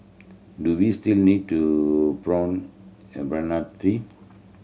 do we still need to prune tree